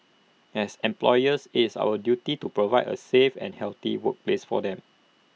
as employers IT is our duty to provide A safe and healthy workplace for them